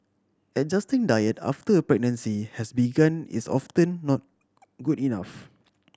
adjusting diet after a pregnancy has begun is often not good enough